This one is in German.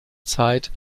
zeit